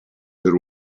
per